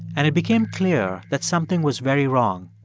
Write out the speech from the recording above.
and it became clear that something was very wrong.